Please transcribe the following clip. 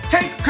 Take